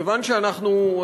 כיוון שאנחנו,